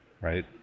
right